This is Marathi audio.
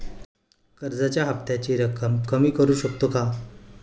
कर्जाच्या हफ्त्याची रक्कम कमी करू शकतो का?